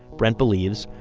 brent believes,